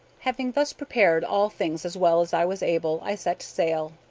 having thus prepared all things as well as i was able, i set sail.